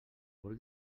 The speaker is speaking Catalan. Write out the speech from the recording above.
vol